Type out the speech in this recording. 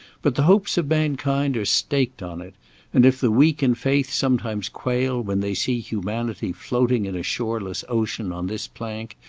but the hopes of mankind are staked on it and if the weak in faith sometimes quail when they see humanity floating in a shoreless ocean, on this plank,